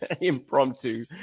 impromptu